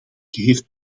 heeft